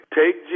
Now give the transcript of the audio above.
take